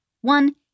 One